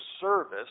service